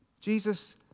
Jesus